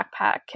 backpack